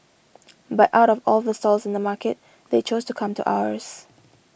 but out of all the stalls in the market they chose to come to ours